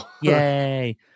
Yay